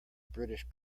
british